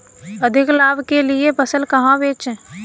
अधिक लाभ के लिए फसल कहाँ बेचें?